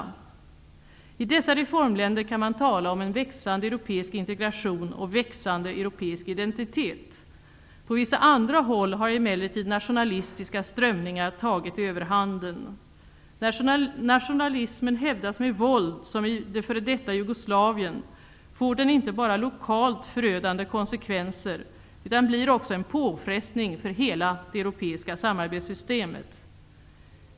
I dessa reformländer kan man tala om en växande europeisk integration och växande europeisk identitet. På vissa andra håll har emellertid nationalistiska strömningar tagit överhanden. När nationalismen hävdas med våld, som i det före detta Jugoslavien, får den inte bara lokalt förödande konsekvenser utan blir också en påfrestning för hela det europeiska samarbetssystemet.